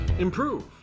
improve